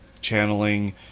channeling